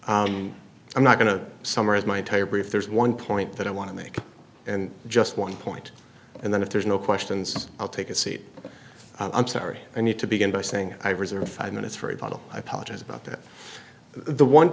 and i'm not going to summarize my entire brief there's one point that i want to make and just one point and then if there's no questions i'll take a seat i'm sorry i need to begin by saying i reserve five minutes for a bottle apologize about that the one